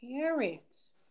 parents